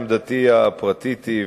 עמדתי הפרטית היא,